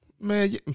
Man